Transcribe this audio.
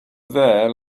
there